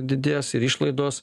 didės ir išlaidos